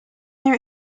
their